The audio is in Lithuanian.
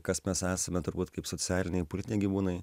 kas mes esame turbūt kaip socialiniai gyvūnai